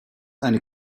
eine